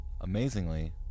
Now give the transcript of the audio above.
Amazingly